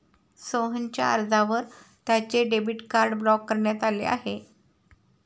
सोहनच्या अर्जावर त्याचे डेबिट कार्ड ब्लॉक करण्यात आले आहे